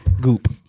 goop